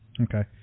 Okay